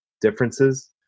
differences